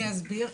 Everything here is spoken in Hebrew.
אני אסביר.